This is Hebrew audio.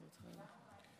בצידה.